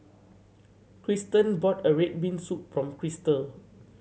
Krysten bought a red bean soup for Kristal